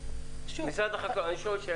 משרד החקלאות.